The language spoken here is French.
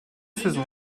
saisons